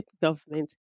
government